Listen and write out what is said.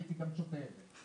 הייתי גם שותה את זה.